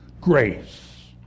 grace